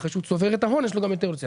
אחרי שהוא צובר את ההון, יש לו גם יותר מזה.